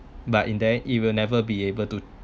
but in there it will never be able to